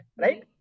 right